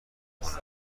کنن